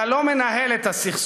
אתה לא מנהל את הסכסוך.